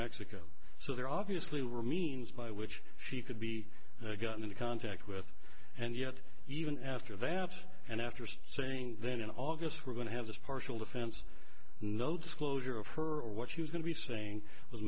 mexico so they're obviously rimini by which she could be gotten into contact with and yet even after they have and after saying then in august we're going to have this partial defense no disclosure of her or what she was going to be saying was